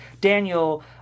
Daniel